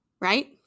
right